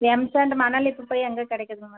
M sand மணல் இப்பப்போ எங்கே கிடைக்குதுங்க மேடம்